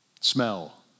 Smell